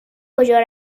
کجا